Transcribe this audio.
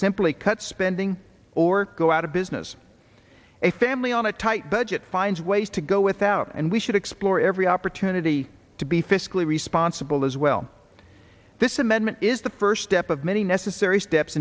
simply cut spending or go out of business a family on a tight budget finds ways to go without and we should explore every opportunity to be fiscally responsible as well this amendment is the first step of many necessary steps